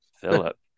Philip